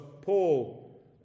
Paul